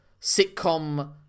sitcom